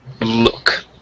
Look